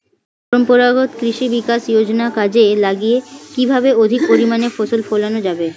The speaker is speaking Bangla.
পরম্পরাগত কৃষি বিকাশ যোজনা কাজে লাগিয়ে কিভাবে অধিক পরিমাণে ফসল ফলানো যাবে?